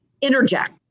interject